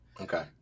Okay